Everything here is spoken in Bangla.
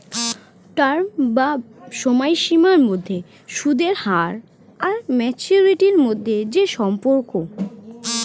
টার্ম বা সময়সীমার মধ্যে সুদের হার আর ম্যাচুরিটি মধ্যে যে সম্পর্ক